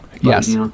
Yes